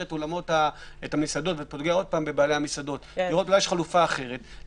את האולמות והמסעדות ופוגע בבעלי המסעדות עוד פעם.